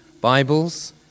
Bibles